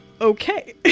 okay